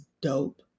dope